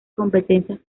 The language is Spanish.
competencias